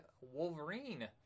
Wolverine